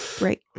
Right